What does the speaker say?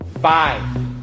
Five